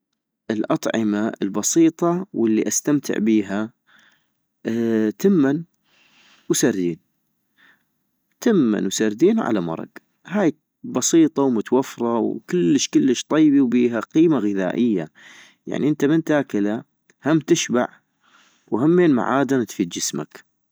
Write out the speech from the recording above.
الأطعمة البسيطة والي استمتع بيها ، تمن وسردين -تمن وسردين وعلى مركز ، هاي بسيطة ومتوفرة وكلش كلش طيبين وبيها قيمة غذائية - يعني انت من تاكلا هم تشبع وهمين معادن تفيد جسمك